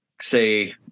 say